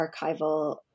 archival